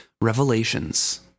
Revelations